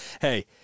Hey